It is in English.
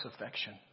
affection